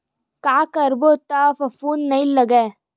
का करबो त फफूंद नहीं लगय?